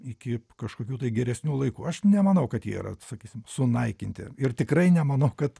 iki kažkokių tai geresnių laikų aš nemanau kad jie yra sakysim sunaikinti ir tikrai nemanau kad